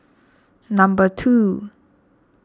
number two